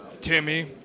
Timmy